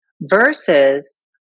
versus